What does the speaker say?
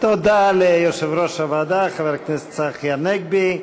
תודה ליושב-ראש הוועדה חבר הכנסת צחי הנגבי.